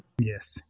Yes